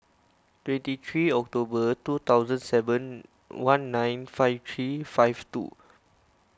twenty three October two thousand seven one nine five three five two